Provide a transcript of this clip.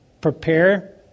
prepare